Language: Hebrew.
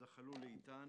הזדחלו לאיטן